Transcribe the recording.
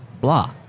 blah